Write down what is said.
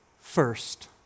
first